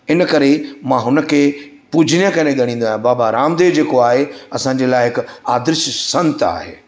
इनकरे ई मां हुनखे पुजनीय करे ॻणींदो आहियां बाबा रामदेव जेको आहे असांजे लाइ हिक आदर्श संत आहे